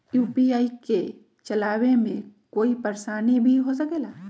UPI के चलावे मे कोई परेशानी भी हो सकेला?